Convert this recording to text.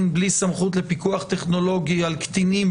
בלי סמכות לפיקוח טכנולוגי על קטינים,